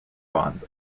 bonds